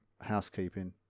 housekeeping